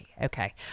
Okay